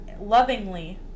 Lovingly